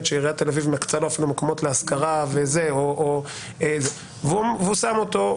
שעיריית תל אביב אפילו מקצה לו מקומות להשכרה והוא שם אותו,